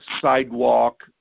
sidewalk